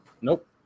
Nope